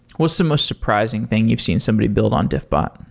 what's the most surprising thing you've seen somebody build on diffbot?